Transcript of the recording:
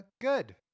good